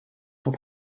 vond